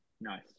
Nice